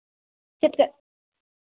ᱪᱮᱫ ᱪᱮᱫ